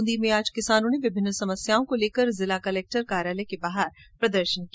ब्रंदी में आज किसानों ने विभिन्न समस्याओं को लेकर जिला कलेक्टर कार्यालय के बाहर प्रदर्शन किया